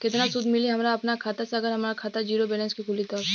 केतना सूद मिली हमरा अपना खाता से अगर हमार खाता ज़ीरो बैलेंस से खुली तब?